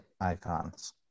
icons